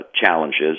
challenges